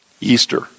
Easter